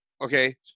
okay